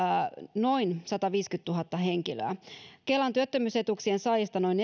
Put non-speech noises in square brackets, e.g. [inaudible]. noin sataviisikymmentätuhatta henkilöä kelan työttömyysetuuksien saajista noin [unintelligible]